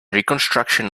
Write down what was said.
reconstruction